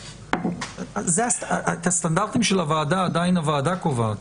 את הסטנדרטים של הוועדה עדיין הוועדה קובעת.